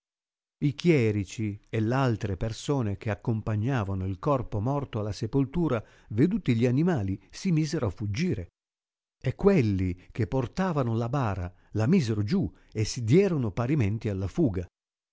i chierici e l'altre persone che accompagnavano il corpo morto alla sepoltura veduti gli animali si misero a fuggire e quelli che portavanola bara la misero giù e si dierono parimenti alla fuga